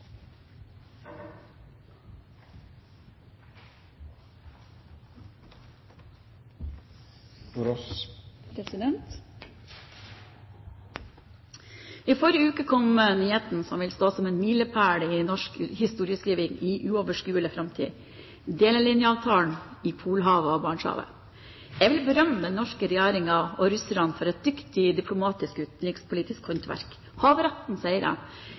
I forrige uke kom nyheten som vil stå som en milepæl i norsk historieskriving i uoverskuelig framtid – delelinjeavtalen i Polhavet og Barentshavet. Jeg vil berømme den norske regjeringen og russerne for et dyktig diplomatisk og utenrikspolitisk håndverk. Havretten